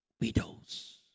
widows